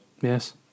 Yes